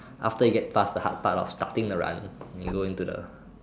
after it get past the hard part of starting the run you go into the